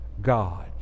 God